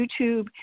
YouTube